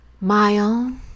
mile